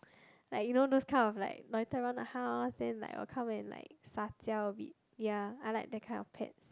like you know those kind of like loiter around the house then like will come and like sa jiao a bit ya I like that kind of pet